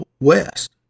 west